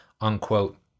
unquote